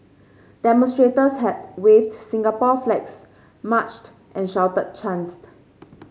demonstrators had waved Singapore flags marched and shouted chants